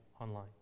online